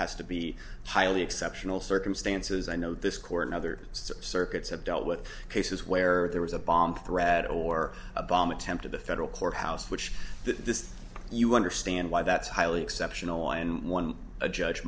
has to be highly exceptional circumstances i know this court and other circuits have dealt with cases where there was a bomb threat or a bomb attempt at the federal courthouse which this you understand why that's highly exceptional and one a judge